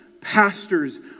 Pastors